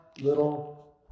little